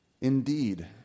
Indeed